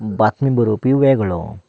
बातमी बरोवपी वेगळो